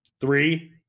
three